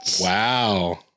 Wow